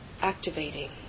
activating